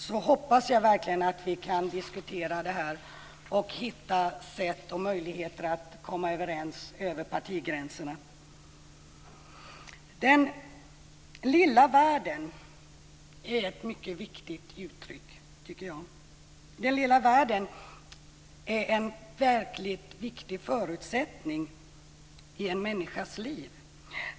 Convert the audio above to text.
Jag hoppas verkligen att vi kan diskutera detta och hitta möjligheter att komma överens över partigränserna. Den lilla världen är ett mycket viktigt uttryck, tycker jag. Den lilla världen är en verkligt viktig förutsättning i en människas liv.